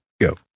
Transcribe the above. Go